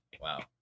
Wow